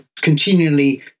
continually